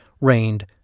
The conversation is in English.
reigned